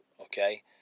okay